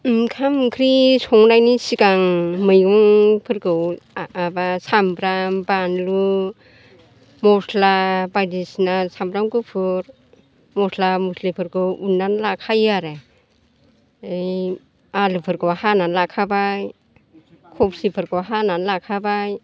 ओंखाम ओंख्रि संनायनि सिगां मैगंफोरखौ माबा सामब्राम बानलु मस्ला बायदिसिना सामब्राम गुफुर मस्ला मस्लि फोरखौ उननानै लाखायो आरो आलुफोरखौ हानानै लाखाबाय खफि फोरखौ हानानै लाखाबाय